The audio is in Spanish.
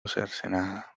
cercenada